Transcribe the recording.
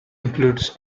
includes